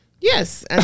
Yes